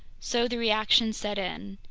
so the reaction set in.